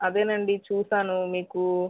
అదేనండి చూసాను మీకు